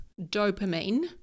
dopamine